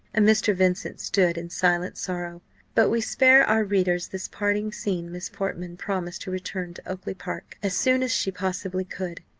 and mr. vincent stood in silent sorrow but we spare our readers this parting scene miss portman promised to return to oakly-park as soon as she possibly could.